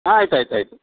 ಆಯ್ತು ಆಯ್ತು ಆಯ್ತು